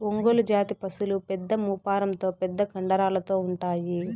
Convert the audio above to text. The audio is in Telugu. ఒంగోలు జాతి పసులు పెద్ద మూపురంతో పెద్ద కండరాలతో ఉంటాయి